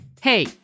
Hey